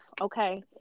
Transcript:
okay